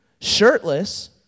shirtless